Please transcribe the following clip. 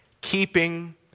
keeping